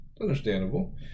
Understandable